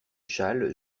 châle